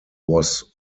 was